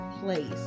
place